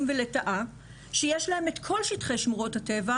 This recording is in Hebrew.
ולטאה שיש להם את כל שטחי שמורות הטבע,